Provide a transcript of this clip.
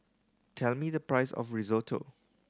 tell me the price of Risotto